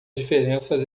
diferença